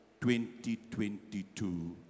2022